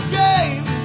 game